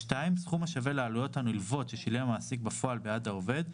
(2)סכום השווה לעלויות הנלוות ששילם המעסיק בפועל בעד העובד,